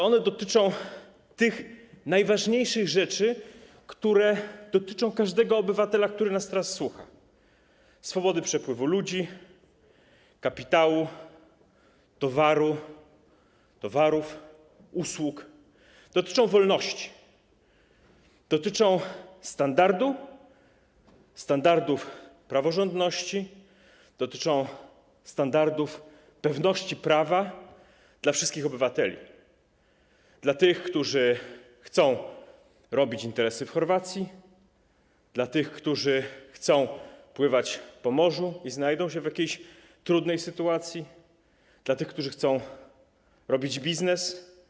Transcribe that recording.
One dotyczą tych najważniejszych rzeczy, odnoszących się do każdego obywatela, który nas teraz słucha: swobody przepływu ludzi, kapitału, towarów, usług, wolności, standardów praworządności, standardów pewności prawa dla wszystkich obywateli: dla tych, którzy chcą robić interesy w Chorwacji, dla tych, którzy chcą pływać po morzu i znajdą się w jakiejś trudnej sytuacji, dla tych, którzy chcą robić biznes.